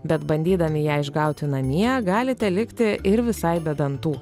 bet bandydami ją išgauti namie galite likti ir visai be dantų